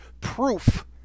proof